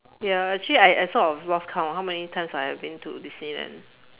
ya actually I I have sort of lost count how many times I have been to disneyland